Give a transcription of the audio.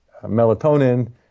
melatonin